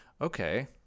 okay